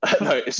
No